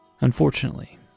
Unfortunately